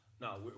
no